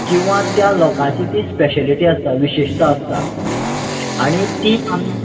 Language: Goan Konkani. किंवा त्या लोकाची ती स्पेशलिटी आसता विशेशता आसता आनी ती आम